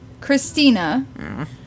Christina